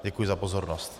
Děkuji za pozornost.